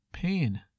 Pain